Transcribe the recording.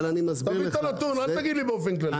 תביא את הנתון, אל תגיד לי באופן כללי.